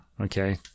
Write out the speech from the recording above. Okay